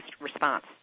response